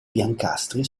biancastri